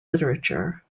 literature